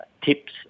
tips